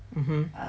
mmhmm